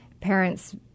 parents